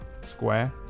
square